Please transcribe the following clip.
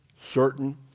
certain